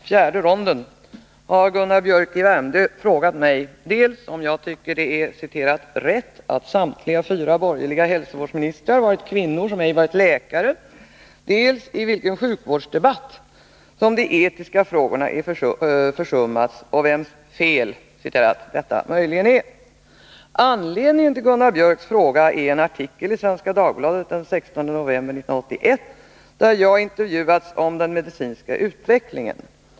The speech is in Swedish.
Herr talman! Gunnar Biörck i Värmdö har i fjärde ronden frågat mig dels om jag tycker att det är ”rätt” att samtliga fyra borgerliga ”hälsovårdsministrar” varit kvinnor som ej varit läkare, dels i vilken ”sjukvårdsdebatt” som de etiska frågorna försummats och vems ”fel” detta möjligen är. Anledningen till Gunnar Biörcks fråga är en artikel i Svenska Dagbladet den 16 november 1981, där jag intervjuats om den medicinska utvecklingen.